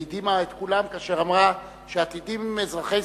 והדהימה את כולם כאשר אמרה שעתידים אזרחי